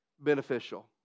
beneficial